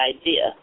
idea